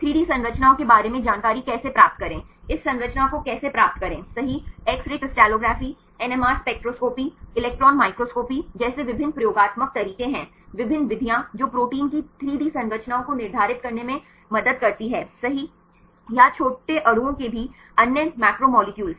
3D संरचनाओं के बारे में जानकारी कैसे प्राप्त करें इस संरचना को कैसे प्राप्त करेंसही X ray crystallography NMR spectroscopy electron microscopy जैसे विभिन्न प्रयोगात्मक तरीके हैं विभिन्न विधियां जो प्रोटीन की 3 डी संरचनाओं को निर्धारित करने में सही मदद करती हैं या छोटे अणुओं के भी अन्य मैक्रोमोलेक्यूल